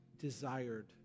desired